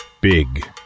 Big